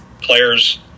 players